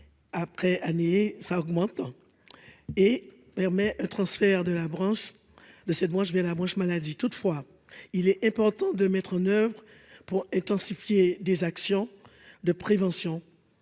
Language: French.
après année ça augmente et permet un transfert de la branche de cette moi je vais la branche maladie, toutefois, il est important de mettre en oeuvre pour intensifier des actions de prévention